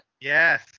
Yes